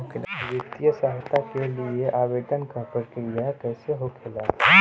वित्तीय सहायता के लिए आवेदन क प्रक्रिया कैसे होखेला?